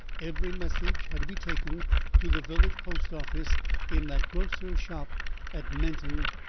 every message had to be taken to the village post-office in that grocer's shop at menton,